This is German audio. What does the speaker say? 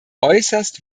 äußerst